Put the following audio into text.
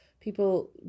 people